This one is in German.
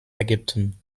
ägypten